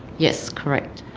yes, correct.